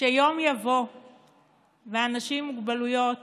שיום יבוא ואנשים עם מוגבלויות